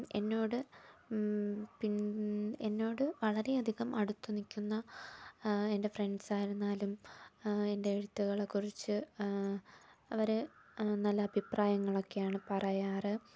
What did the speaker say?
എന്നോട് പിൻ എന്നോട് വളരെയധികം അടുത്ത് നിൽക്കുന്ന എൻ്റെ ഫ്രണ്ട്സ് ആയിരുന്നാലും എൻ്റെ എഴുത്തുകളെക്കുറിച്ച് അവർ നല്ല അഭിപ്രായങ്ങളൊക്കെയാണ് പറയാറ്